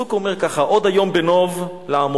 והפסוק אומר ככה: עוד היום בנוב לעמוד,